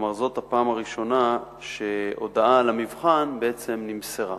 כלומר זאת הפעם הראשונה שהודעה על המבחן בעצם נמסרה.